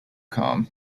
com